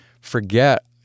forget